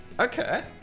Okay